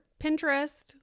Pinterest